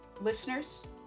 Listeners